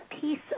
piece